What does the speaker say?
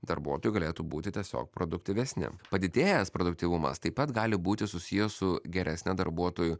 darbuotojai galėtų būti tiesiog produktyvesni padidėjęs produktyvumas taip pat gali būti susijęs su geresne darbuotojų